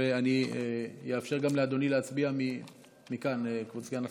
ואני אאפשר גם לאדוני להצביע מכאן, כבוד סגן השר.